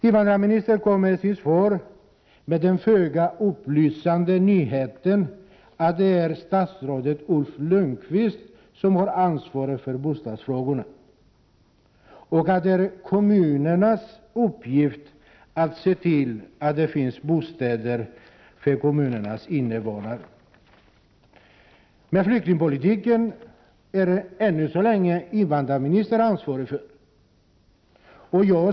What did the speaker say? Invandrarministern kommer i sitt svar med de föga upplysande nyheterna att det är statsrådet Ulf Lönnqvist som har ansvaret för bostadsfrågorna och att det är kommunernas uppgift att se till att det finns bostäder för kommunernas invånare. Ännu så länge är i alla fall invandrarministern ansvarig för flyktingpolitiken.